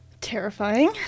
Terrifying